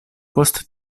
post